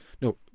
no